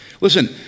listen